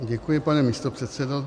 Děkuji, pane místopředsedo.